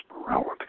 morality